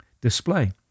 display